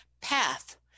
PATH